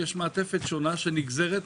משנת 2024המשכורת הכוללת לעניין שנת 2023